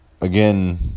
again